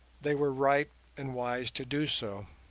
they were right and wise to do so.